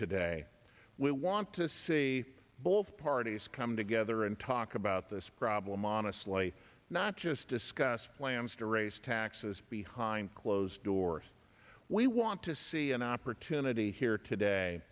today we want to see both parties come together and talk about this problem honestly not just discuss plans to raise taxes behind closed doors we want to see an opportunity here today